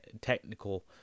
technical